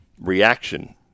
reaction